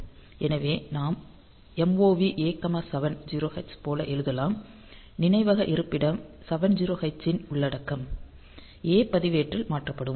எனவே நாம் MOV A 70h போல எழுதலாம் நினைவக இருப்பிடம் 70h இன் உள்ளடக்கம் A பதிவேட்டில் மாற்றப்படும்